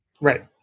Right